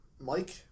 Mike